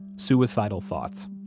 suicidal thoughts